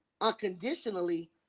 unconditionally